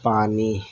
پانی